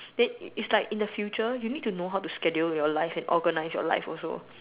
then it's like in the future you need to know how to schedule your life and organise your life also